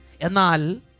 Enal